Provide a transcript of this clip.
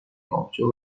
آبجو